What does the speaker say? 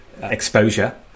exposure